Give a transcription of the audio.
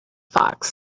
fox